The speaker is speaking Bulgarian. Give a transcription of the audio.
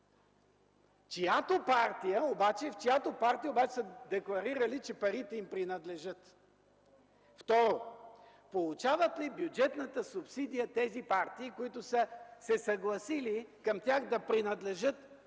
в чиято партия обаче са декларирали, че парите им принадлежат? Второ – получават ли бюджетната субсидия партиите, които са се съгласили към тях да принадлежат